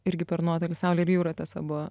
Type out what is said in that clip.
irgi per nuotolį saulė ir jūra tiesa buvo